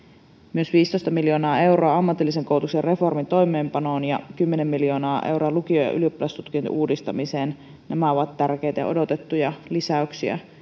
myös viisitoista miljoonaa euroa ammatillisen koulutuksen reformin toimeenpanoon ja kymmenen miljoonaa euroa lukion ja ylioppilastutkinnon uudistamiseen nämä ovat tärkeitä ja odotettuja lisäyksiä